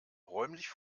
räumlich